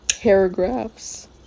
paragraphs